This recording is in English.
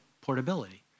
portability